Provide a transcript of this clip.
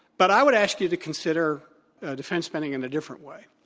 but i would ask you to consider defense spending in a different way,